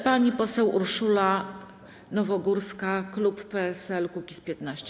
Pani poseł Urszula Nowogórska, klub PSL - Kukiz15.